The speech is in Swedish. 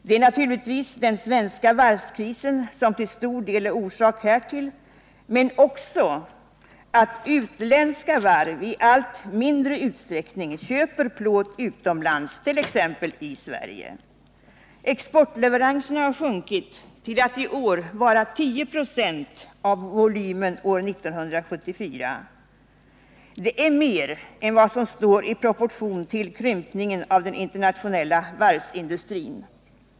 Det är naturligtvis den svenska varvskrisen som till stor del är orsak härtill, men också att utländska varv i allt mindre utsträckning köper plåt utomlands, t.ex. i Sverige. Exportleveranserna har sjunkit till att iår vara 10 96 av volymen år 1974. Det är mer än vad som står i proportion till krympningen av den internationella varvsindustrin.